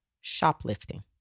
shoplifting